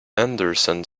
henderson